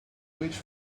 which